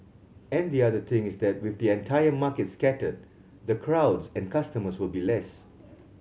and the other thing is that with the entire market scattered the crowds and customers will be less